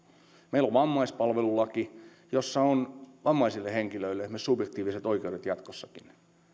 meillä on vammaispalvelulaki jossa on vammaisille henkilöille esimerkiksi subjektiiviset oikeudet jatkossakin